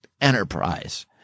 enterprise